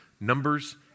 Numbers